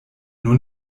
nur